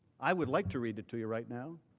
i would like to read it to you right now.